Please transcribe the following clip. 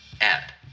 add